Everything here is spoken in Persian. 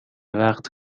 وقت